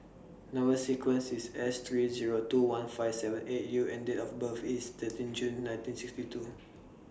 Number sequence IS S three Zero two one five seven eight U and Date of birth IS thirteen June nineteen sixty two